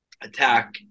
attack